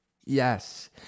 Yes